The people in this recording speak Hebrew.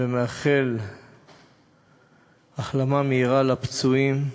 ואני מאחל החלמה מהירה לפצועים.